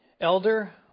elder